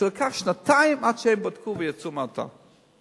שלקח שנתיים עד שבדקו ויצאו מהאתר.